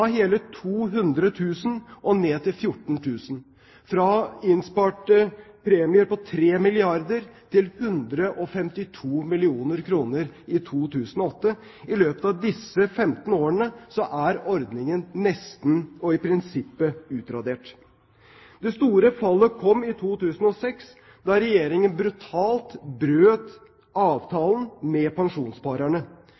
hele 200 000 ned til 14 000 og fra innsparte premier på 3 milliarder kr til 152 mill. kr i 2008. I løpet av disse 15 årene er ordningen nesten og i prinsippet utradert. Det store fallet kom i 2006 da Regjeringen brutalt brøt